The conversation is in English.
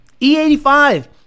E85